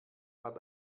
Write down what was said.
hat